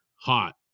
hot